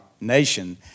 nation